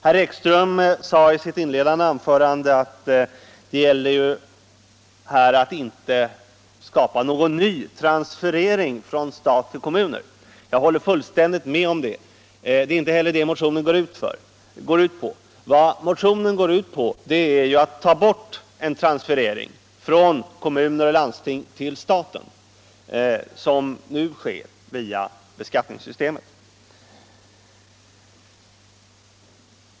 Herr Ekström sade i sitt inledningsanförande att det gäller här att inte skapa någon nv transferering från staten till kommuner. Jag håller fullständigt med om det. Det är inte heller motionens syfte. Vad motionen går ut på är att ta bort en transferering — från kommuner och landsting till staten, som nu sker via beskattningssystemcet.